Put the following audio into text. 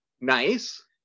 Nice